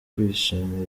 kwishimira